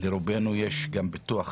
לרובנו יש גם ביטוח